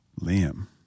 Liam